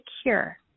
secure